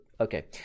Okay